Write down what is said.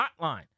hotline